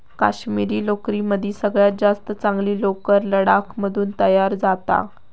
काश्मिरी लोकरीमदी सगळ्यात जास्त चांगली लोकर लडाख मधून तयार जाता